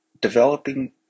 Developing